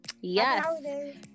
Yes